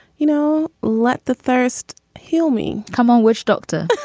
you know, let the thirst heal me. come on, witchdoctor.